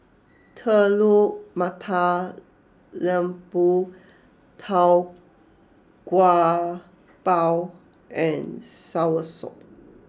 Telur Mata Lembu Tau Kwa Pau and Soursop